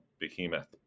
Behemoth